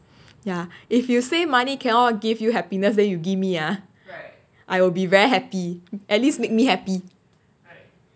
ya if you say money cannot give you happiness then you give me ah I will be very happy at least make me happy